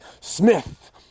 Smith